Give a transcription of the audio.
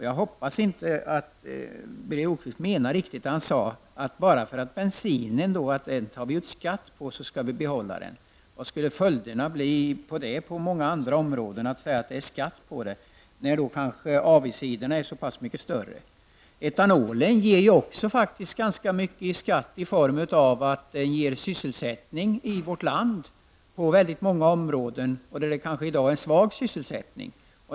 Jag hoppas att Birger Rosqvist inte riktigt menar det han sade, att bara för att vi tar ut skatt på bensinen skall vi behålla den. Vad skulle följden bli om vi på andra områden höll fast vid någonting bara för att det är skatt på det, även om nackdelarna är större? Etanolen ger faktiskt också ganska mycket i skatt i och med att den ger sysselsättning i vårt land, kanske i områden där sysselsättningen i dag är svag.